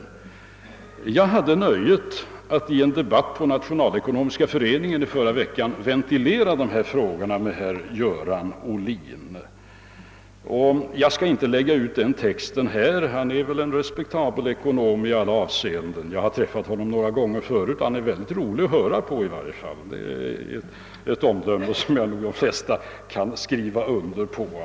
Jag hade nöjet att ventilera dessa frågor med herr Göran Ohlin i förra veckan vid en debatt på Nationalekonomiska föreningen. Jag skall inte lägga ut den texten. Han är väl en respektabel ekonom i alla avseenden. Jag har träffat honom några gånger förut, och han är väldigt rolig att höra på i alla fall — det är ett omdöme som jag med de flesta kan skriva under på.